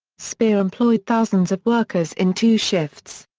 speer employed thousands of workers in two shifts.